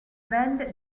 band